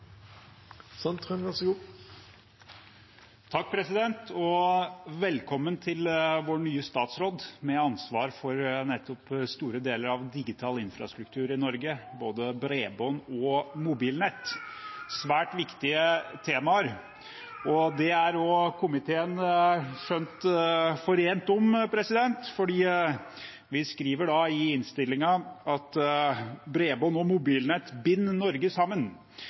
Velkommen til vår nye statsråd, med ansvar nettopp for store deler av digital infrastruktur i Norge, både bredbånd og mobilnett – svært viktige temaer. Det er også komiteen skjønt forent om, for vi skriver i innstillingen at «bredbånd og mobilnett binder Norge sammen».